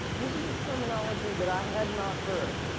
this is a terminology that i had not heard,